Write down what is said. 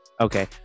Okay